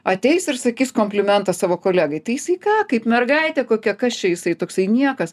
ateis ir sakys komplimentą savo kolegai tai jisai ką kaip mergaitė kokia kas čia jisai toksai niekas